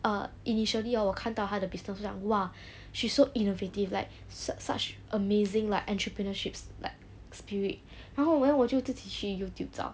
err initially hor 我看到她的 business I was like !wah! she so innovative like such amazing like entrepreneurship like spirit 然后我就自己去 youtube 找